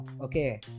Okay